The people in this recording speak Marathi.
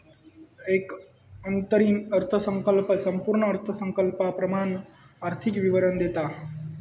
एक अंतरिम अर्थसंकल्प संपूर्ण अर्थसंकल्पाप्रमाण आर्थिक विवरण देता